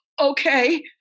Okay